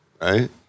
Right